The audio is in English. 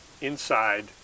inside